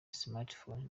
smartphones